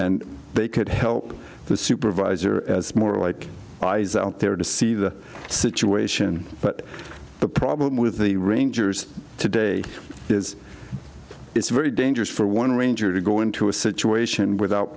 and they could help the supervisor as more like eyes out there to see the situation but the problem with the rangers today is it's very dangerous for one ranger to go into a situation without